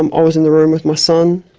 um i was in the room with my son.